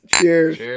Cheers